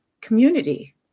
community